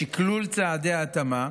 בשקלול צעדי ההתאמה,